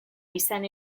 izan